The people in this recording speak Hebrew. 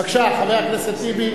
בבקשה, חבר הכנסת טיבי.